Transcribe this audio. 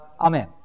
Amen